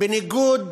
זה בניגוד